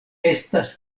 estas